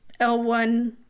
L1